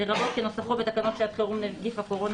לרבות כנוסחו בתקנות שעת חירום (נגיף הקורונה